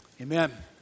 amen